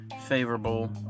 favorable